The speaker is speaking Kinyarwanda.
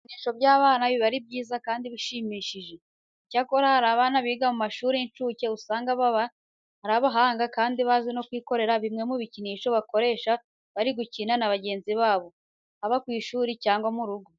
Ibikinisho by'abana biba ari byiza kandi bishimishije. Icyakora hari abana biga mu mashuri y'incuke usanga baba ari abahanga kandi bazi no kwikorera bimwe mu bikinisho bakoresha bari gukina na bagenzi babo haba ku ishuri cyangwa mu rugo.